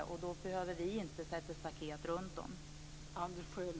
Då behöver vi inte sätta staket runt dem.